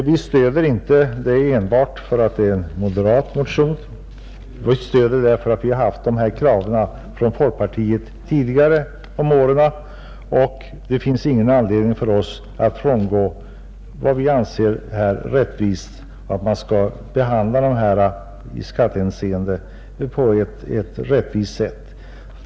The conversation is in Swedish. Vi stöder den inte enbart därför att den är en moderat motion, utan därför att vi från folkpartiet tidigare om åren har fört fram detta krav. Det finns ingen anledning för oss att här frångå vad vi anser riktigt, nämligen att man skall behandla dessa människor i skattehänseende på ett rättvist sätt.